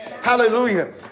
Hallelujah